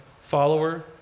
follower